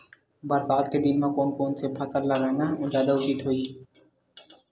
बरसात के दिन म कोन से फसल लगाना जादा उचित होही?